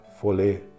Fully